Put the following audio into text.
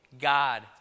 God